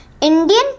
Indian